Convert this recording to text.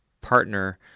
partner